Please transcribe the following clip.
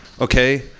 okay